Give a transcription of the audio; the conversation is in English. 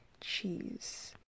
cheese